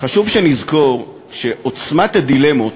חשוב שנזכור שעוצמות הדילמות